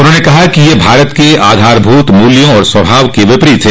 उन्होंने कहा कि ये भारत के आधारभूत मूल्यों और स्वभाव के विपरीत है